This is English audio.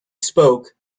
spoke